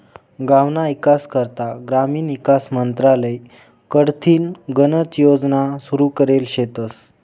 गावना ईकास करता ग्रामीण ईकास मंत्रालय कडथीन गनच योजना सुरू करेल शेतस